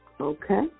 okay